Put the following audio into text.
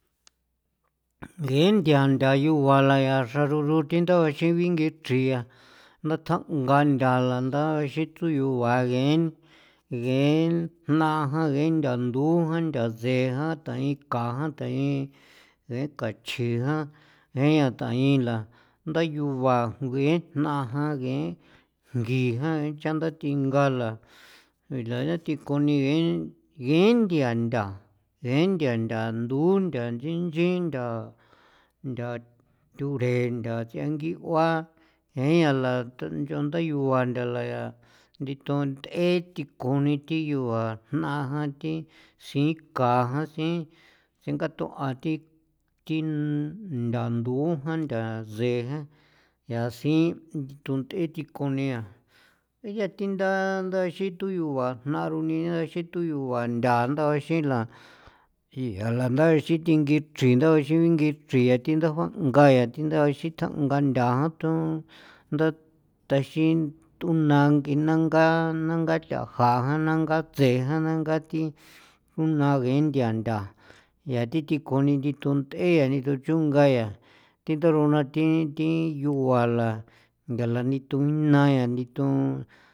Ngee nthia ntha yugua la ya xra xroxruthe ntha bixin bingee chrin yaa nda thja'unga nthala ndaxin tsu yugua ngeen ngeen jna jan, ngeen ntha ndu jan, ntha se jan, tainka jan, tain bee kachji jan, jee yaa tainla nda yugua ngee jna jan, geen jngi jan, chanda thingala yaa layathinkuni ngeen ngeen nthia ntha ngeen nthian nthandun nthan chinchin ntha ntha thorentha changui'ua jian yaa la tonch'onda yuguaa nthala yaa thi thund'en thinkuni thi yugua jnaa jan, thi siikaa jan, si singatuan thi thi nthandu' jan, ntha see jan, yaa siin thi ndund'e thikuni yaa yaa thi nda ndaxin to yugua jna ronia ixin to yuguan ntha ndabixinla yianla ndaxin thingi chrin nda bixin bingi chrin yaa thi ndaju'a ngaya thi nda bixin ntha nga nthanthu nda thaxin tunnangi nangaa nangaa ntha jaa jan, nangaa tsee jan, nangaa thi juna ngee thian ntha yaa thi thinkuni thi thund'e yaa thi thuchunga yaa thi taroona thi thi yugua la nthaa la nithu yaa nithu.